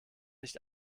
nicht